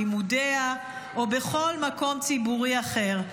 במקום לימודיה או בכל מקום ציבורי אחר.